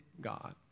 God